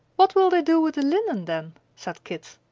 what will they do with the linen then? said kit.